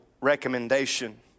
recommendation